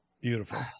beautiful